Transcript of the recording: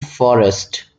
forest